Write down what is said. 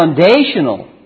foundational